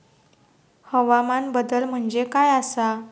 हवामान बदल म्हणजे काय आसा?